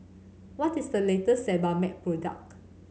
what is the latest Sebamed product